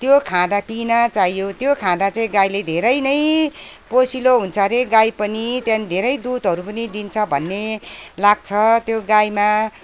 त्यो खाँदा पिना चाहियो त्यो खाँदा चाहिँ गाईले धेरै नै पोसिलो हुन्छ रे गाई पनि त्यहाँदेखिन् धेरै दुधहरू पनि दिन्छ भन्ने लाग्छ त्यो गाईमा